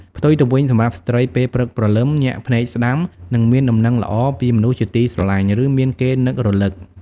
ផ្ទុយទៅវិញ សម្រាប់ស្រ្តី ពេលព្រឹកព្រលឹម ញាក់ភ្នែកស្តាំ នឹងមានដំណឹងល្អពីមនុស្សជាទីស្រឡាញ់ ឬមានគេនឹករឭក។